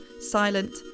silent